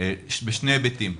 בשני היבטים: